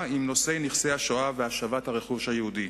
עם נושא נכסי השואה והשבת הרכוש היהודי.